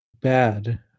Bad